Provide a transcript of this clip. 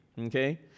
Okay